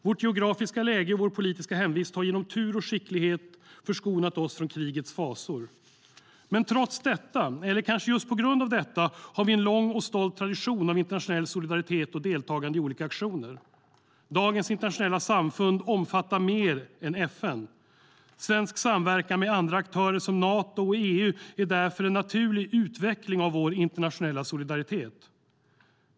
Vårt geografiska läge och vår politiska hemvist har genom tur och skicklighet förskonat oss från krigets fasor. Men trots detta, eller kanske just på grund av detta, har vi en lång och stolt tradition av internationell solidaritet och deltagande i olika aktioner. Dagens internationella samfund omfattar mer än FN. Svensk samverkan med andra aktörer som Nato och EU är därför en naturlig utveckling av vår internationella solidaritet.